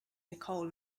nicole